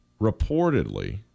Reportedly